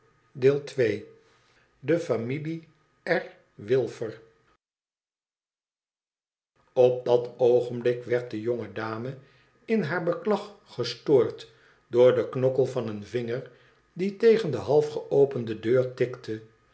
op dat oogenblik werd de jonge dame in haar beklag gestoord door den knokkel van een vinger die tegen de half geopende deur tikte